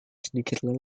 sedikit